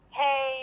hey